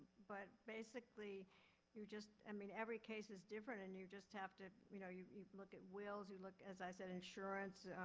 but basically you just, i mean every case is different and you just have to, you know, you you look at wills. you look, as i said, insurance,